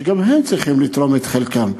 שגם הם צריכים לתרום את חלקם.